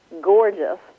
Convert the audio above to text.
gorgeous